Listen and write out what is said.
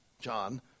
John